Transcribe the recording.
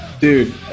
dude